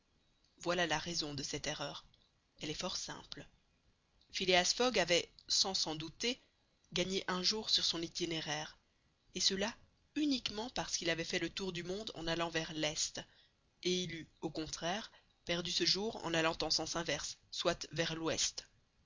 voici la raison de cette erreur elle est fort simple phileas fogg avait sans s'en douter gagné un jour sur son itinéraire et cela uniquement parce qu'il avait fait le tour du monde en allant vers l'est et il eût au contraire perdu ce jour en allant en sens inverse soit vers l'ouest